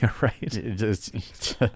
Right